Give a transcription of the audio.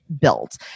built